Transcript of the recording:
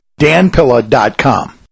danpilla.com